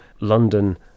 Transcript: London